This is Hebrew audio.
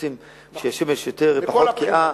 רוצים לשחות כשהשמש פחות חזקה,